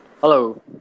Hello